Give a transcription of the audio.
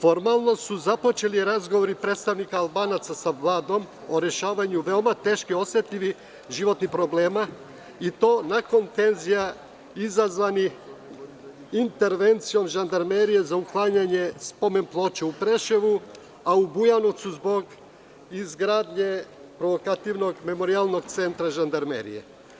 Formalno su započeti razgovori predstavnika Albanaca sa Vladom o rešavanju veoma teških životnih problema, i to nakon tenzija izazvanih intervencijom žandarmerije za uklanjanje spomen ploče u Preševu, a u Bujanovcu zbog izgradnje provokativnog memorijalnog centra žandarmerije.